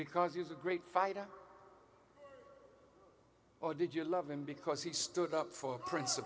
because he was a great fighter or did you love him because he stood up for prin